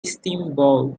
steamboat